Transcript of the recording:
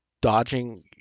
dodging